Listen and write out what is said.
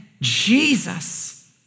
Jesus